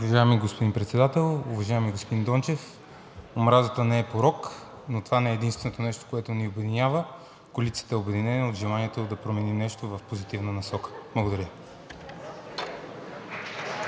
Уважаеми господин Председател, уважаеми господин Дончев! Омразата не е порок, но това не е единственото нещо, което ни обединява. Коалицията е обединена от желанието да промени нещо в позитивна насока. Благодаря.